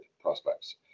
prospects